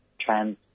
trans